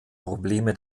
probleme